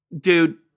dude